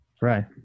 Right